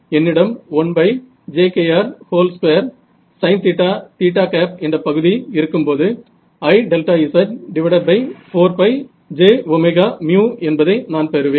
என்னிடம் 12sin என்ற பகுதி இருக்கும்போது Iz4 j என்பதை நான் பெறுவேன்